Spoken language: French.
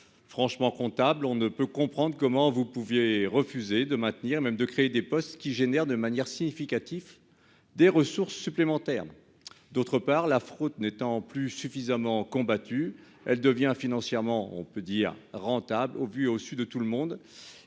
franchement comptable, on ne peut comprendre comment vous pouviez refusé de maintenir même de créer des postes qui génère de manière significative des ressources supplémentaires, d'autre part, la fraude n'étant plus suffisamment combattu, elle devient financièrement, on peut dire rentable au vu et au su de tout le monde